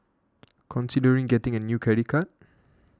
considering getting a new credit card